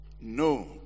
No